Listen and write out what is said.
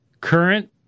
current